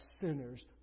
sinners